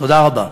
תודה רבה.